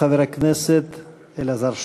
חבר הכנסת אלעזר שטרן.